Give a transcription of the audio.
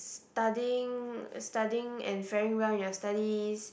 studying studying and faring well in your studies